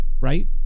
right